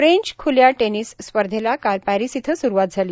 French ख्ल्या tennis स्पर्धेला काल पॅरीस इथं सुरूवात झाली